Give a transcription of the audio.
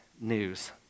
news